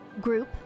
group